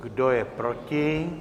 Kdo je proti?